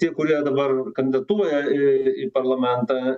tie kurie dabar kandidatuoja į į parlamentą